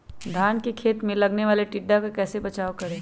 धान के खेत मे लगने वाले टिड्डा से कैसे बचाओ करें?